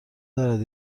دارد